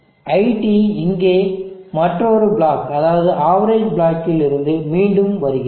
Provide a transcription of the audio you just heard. iT இங்கே மற்றொரு block அதாவது அவரேஜர் பிளாக்கில் இருந்து மீண்டும் வருகிறது